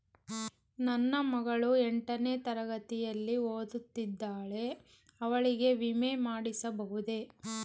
ನನ್ನ ಮಗಳು ಎಂಟನೇ ತರಗತಿಯಲ್ಲಿ ಓದುತ್ತಿದ್ದಾಳೆ ಅವಳಿಗೆ ವಿಮೆ ಮಾಡಿಸಬಹುದೇ?